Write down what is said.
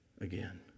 again